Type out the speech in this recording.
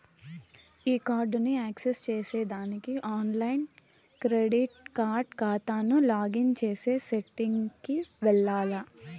ఈ కార్డుని యాక్సెస్ చేసేదానికి ఆన్లైన్ క్రెడిట్ కార్డు కాతాకు లాగిన్ చేసే సెట్టింగ్ కి వెల్లాల్ల